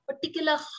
particular